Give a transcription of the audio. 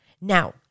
Now